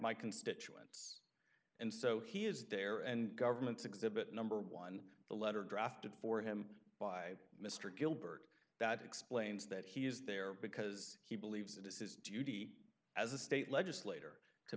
my constituents and so he is there and government's exhibit number one the letter drafted for him by mr gilbert that explains that he is there because he believes it is his duty as a state legislator to